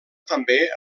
també